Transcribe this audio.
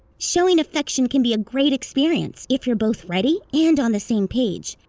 showing affection can be a great experience if you're both ready and on the same page,